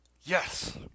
yes